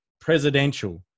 presidential